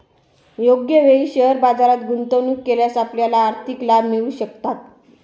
योग्य वेळी शेअर बाजारात गुंतवणूक केल्यास आपल्याला आर्थिक लाभ मिळू शकतात